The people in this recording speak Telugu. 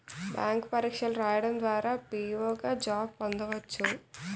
బ్యాంక్ పరీక్షలు రాయడం ద్వారా పిఓ గా జాబ్ పొందవచ్చు